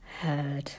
Heard